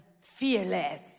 fearless